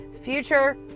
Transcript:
future